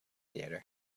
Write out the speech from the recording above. theatre